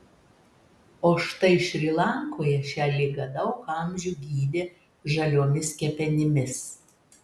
o štai šri lankoje šią ligą daug amžių gydė žaliomis kepenimis